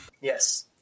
Yes